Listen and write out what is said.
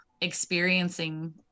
experiencing